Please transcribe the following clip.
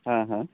ಹಾಂ ಹಾಂ